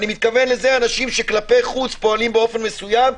ואני מתכוון לאנשים שכלפי חוץ פועלים באופן מסוים,